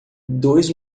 dois